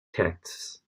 texts